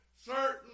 certain